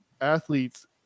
athletes